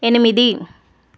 ఎనిమిది